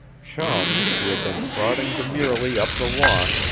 chum, who had been trotting demurely up the walk,